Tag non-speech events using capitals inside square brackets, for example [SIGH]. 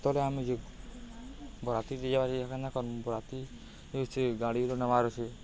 ତଳେ ଆମେ ଯେ ବରାତି [UNINTELLIGIBLE] ବରାତି ସେ ଗାଡ଼ିର ନବାରୁଛେ